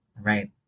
Right